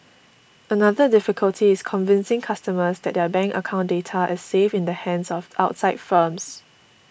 another difficulty is convincing customers that their bank account data is safe in the hands of outside firms